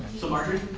so marjory?